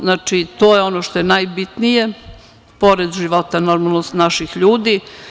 Znači, to je ono što je najbitnije, pored života naših ljudi.